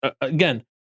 again